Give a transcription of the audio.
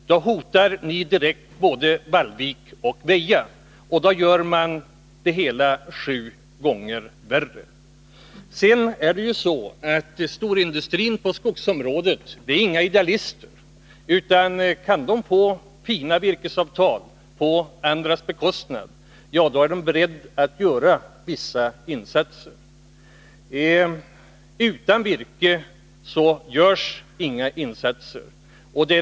Indirekt hotar ni därmed både Vallvik och Väja. Då gör ni det hela sju gånger värre. Ägarna till storindustrin på skogsområdet är inga idealister. Kan man få sina virkesavtal är man beredd att göra vissa insatser. Utan virke görs inga insatser.